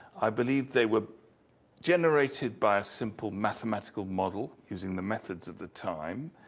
i believed they were generated by a simple mathematical model using the methods of the time.